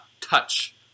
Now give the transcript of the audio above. touch